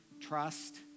trust